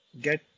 get